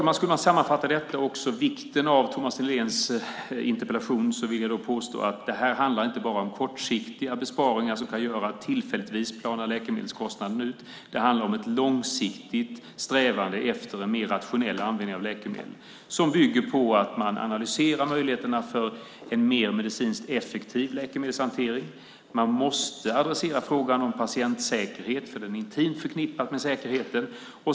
Om man ska sammanfatta detta och vikten av Thomas Nihléns interpellation vill jag påstå att detta inte bara handlar om kortsiktiga besparingar som kan göra att läkemedelskostnaderna tillfälligtvis planar ut. Det handlar om ett långsiktigt strävande efter en mer rationell användning av läkemedel som bygger på att man analyserar möjligheterna för en mer medicinskt effektiv läkemedelshantering. Man måste adressera frågan om patientsäkerhet, för den är intimt förknippad med säkerheten.